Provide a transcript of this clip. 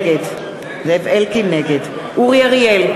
נגד אורי אריאל,